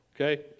okay